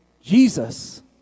Jesus